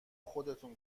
خودتون